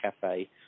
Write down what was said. Cafe